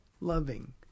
loving